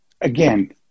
Again